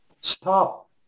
Stop